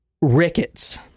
rickets